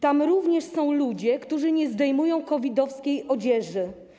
Tam również są ludzie, którzy nie zdejmują COVID-owskiej odzieży.